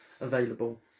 available